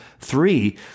three